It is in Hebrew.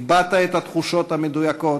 הבעת את התחושות המדויקות,